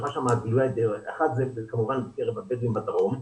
אחת זה כמובן בקרב הבדואים בדרום.